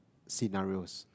scenarios